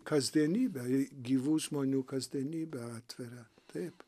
kasdienybę gyvų žmonių kasdienybę atveria taip